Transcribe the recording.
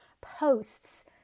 posts